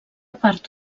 part